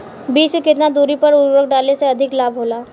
बीज के केतना दूरी पर उर्वरक डाले से अधिक लाभ होला?